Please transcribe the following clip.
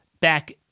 Back